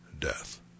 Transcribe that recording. death